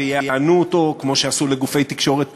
ויענו אותו כמו שעשו לגופי תקשורת פרטיים,